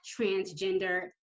transgender